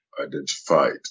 identified